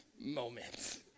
moments